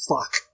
fuck